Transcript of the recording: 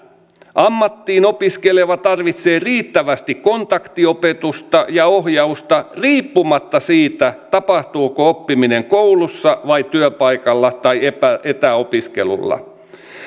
ammattiin opiskeleva tarvitsee riittävästi kontaktiopetusta ja ohjausta riippumatta siitä tapahtuuko oppiminen koulussa työpaikalla vai etäopiskelulla